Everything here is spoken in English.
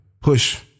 push